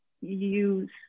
use